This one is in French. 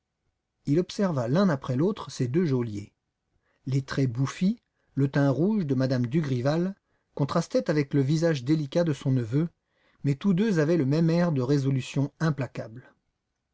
il observa l'un après l'autre ses deux geôliers les traits bouffis le teint rouge de m me dugrival contrastaient avec le visage délicat de son neveu mais tous deux avaient le même air de résolution implacable